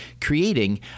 creating